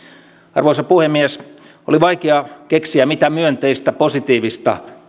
arvoisa puhemies oli vaikea keksiä mitä myönteistä positiivista